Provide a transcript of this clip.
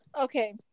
okay